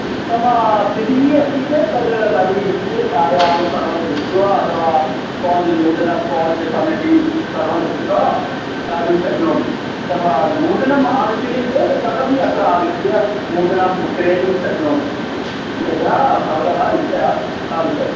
उत्तमा स्थितिः अस्ति चेत् तद् नवीकृत्य छायां सर्वं कृत्वा अथवा स्पाञ्ज् नूतनं स्पाञ्ज् फ़र्निषिङ्ग् सर्वं कृत्वा दातुं शक्नोमि अतः नूतनम् आवश्यकं चेत् तदपि अत्र आगत्य नूतनं क्रेतुं शक्नोति यदा भवतः इच्छा तादृशम्